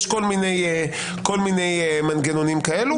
יש כל מיני מנגנונים כאלו.